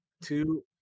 two